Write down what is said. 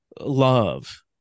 love